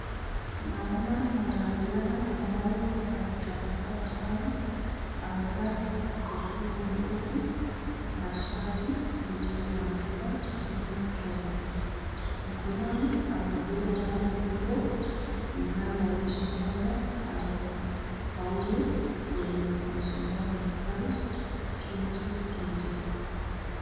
Tunaona mwanariadha ambaye ametabasamu sana, amevaa kofia nyeusi na shati lililoandikwa jina Kenya, mkononi amebeba bango kubwa linaloonyesha kwamba amefaulu kwenye mashindano ya Paris 2024 .